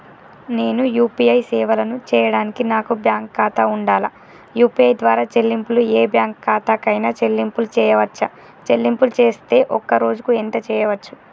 నేను యూ.పీ.ఐ సేవలను చేయడానికి నాకు బ్యాంక్ ఖాతా ఉండాలా? యూ.పీ.ఐ ద్వారా చెల్లింపులు ఏ బ్యాంక్ ఖాతా కైనా చెల్లింపులు చేయవచ్చా? చెల్లింపులు చేస్తే ఒక్క రోజుకు ఎంత చేయవచ్చు?